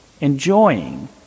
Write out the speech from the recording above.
enjoying